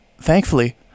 thankfully